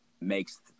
makes